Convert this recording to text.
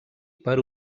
per